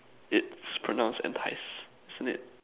it's pronounced entice isn't it